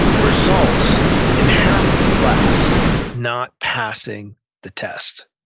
results in half the class not passing the test.